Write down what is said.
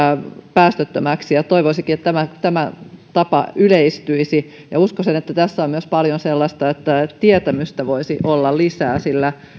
päästöttömäksi ja toivoisinkin että tämä tapa yleistyisi uskoisin että tässä on myös paljon sellaista että tietämystä voisi olla lisää sillä